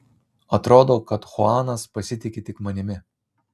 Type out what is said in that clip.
atrodo kad chuanas pasitiki tik manimi